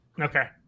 okay